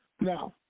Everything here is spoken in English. Now